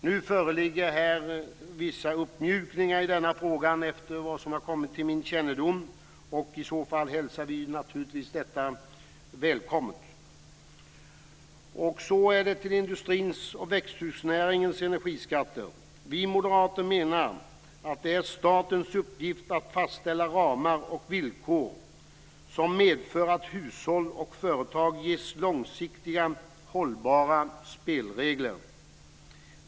Nu föreligger här vissa uppmjukningar efter vad som har kommit till min kännedom. I så fall hälsar vi detta välkommet. Så till industrins och växthusnäringens energiskatter. Vi moderater menar att det är statens uppgift att fastställa ramar och villkor som medför att hushåll och företag ges långsiktiga hållbara spelregler.